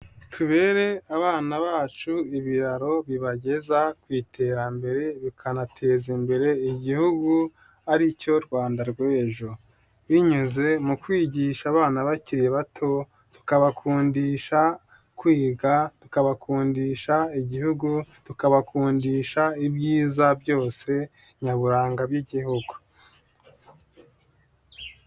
Tubere abana bacu ibiraro bibageza ku iterambere bikanateza imbere igihugu ari cyo Rwanda rw'ejo, binyuze mu kwigisha abana bakiri bato tukabakundisha kwiga, tukabakundisha igihugu, tukabakundisha ibyiza byose nyaburanga by'igihugu.